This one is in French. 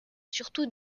surtout